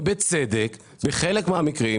ובצדק בחלק המקרים,